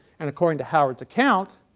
and according to howard's account,